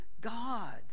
God